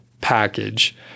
package